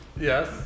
Yes